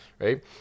right